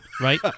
right